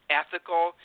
ethical